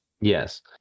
yes